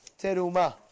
Teruma